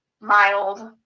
mild